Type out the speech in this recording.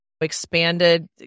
expanded